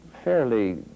fairly